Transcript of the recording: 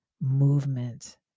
movement